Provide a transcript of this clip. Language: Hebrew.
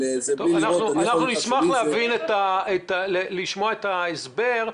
אנחנו נשמח לשמוע את ההסבר,